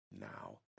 now